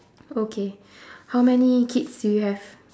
okay how many kids do you have